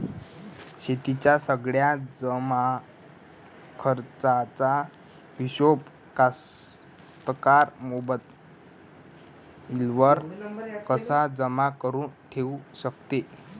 शेतीच्या सगळ्या जमाखर्चाचा हिशोब कास्तकार मोबाईलवर कसा जमा करुन ठेऊ शकते?